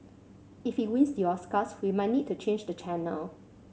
if he wins the Oscars we might need to change the channel